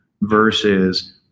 versus